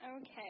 Okay